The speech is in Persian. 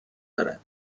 دارد